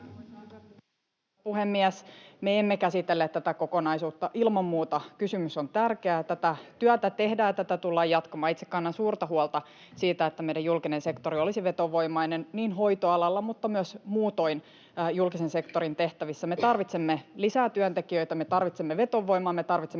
Me emme käsitelleet tätä kokonaisuutta. Ilman muuta kysymys on tärkeä. [Ben Zyskowicz: Miksi te ette käsitelleet?] Tätä työtä tehdään ja tätä tullaan jatkamaan. Itse kannan suurta huolta siitä, että meidän julkinen sektori olisi vetovoimainen niin hoitoalalla kuin myös muutoin julkisen sektorin tehtävissä. Me tarvitsemme lisää työntekijöitä, me tarvitsemme vetovoimaa, me tarvitsemme